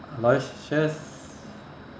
aloysius